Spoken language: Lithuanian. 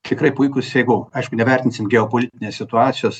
tikrai puikūs jeigu aišku nevertinsim geopolitinės situacijos